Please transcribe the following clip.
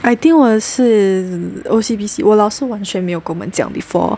I think 我的是 O_C_B_C 我老师完全没有跟我们讲 before